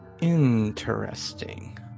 Interesting